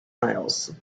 isles